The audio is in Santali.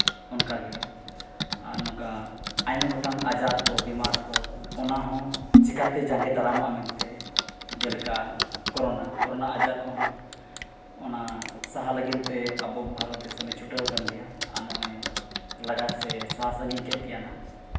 ᱚᱱᱠᱟᱜᱮ ᱟᱨ ᱱᱚᱝᱠᱟ ᱟᱭᱢᱟ ᱜᱚᱴᱟᱝ ᱟᱡᱟᱨ ᱠᱚ ᱵᱤᱢᱟᱨ ᱠᱚ ᱚᱱᱟ ᱦᱚᱸ ᱪᱮᱠᱟᱛᱮ ᱡᱟᱸᱜᱮ ᱫᱟᱨᱟᱢᱚᱜᱼᱟ ᱢᱮᱱᱛᱮ ᱡᱮᱞᱮᱠᱟ ᱠᱳᱨᱳᱱᱟ ᱠᱳᱨᱳᱱᱟ ᱟᱡᱟᱨ ᱠᱚᱦᱚᱸ ᱚᱱᱟ ᱥᱟᱦᱟ ᱞᱟᱹᱜᱤᱫ ᱛᱮ ᱟᱵᱚ ᱵᱷᱟᱨᱚᱛ ᱫᱤᱥᱚᱢᱮ ᱪᱷᱩᱴᱟᱹᱣᱟᱠᱟᱱ ᱜᱮᱭᱟ ᱟᱨ ᱱᱚᱜᱼᱚᱭ ᱞᱟᱜᱟ ᱥᱮ ᱥᱟᱦᱟ ᱥᱟᱺᱜᱤᱧ ᱠᱮᱫ ᱜᱮᱭᱟ ᱱᱟᱜ